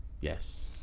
yes